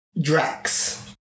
Drax